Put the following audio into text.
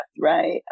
right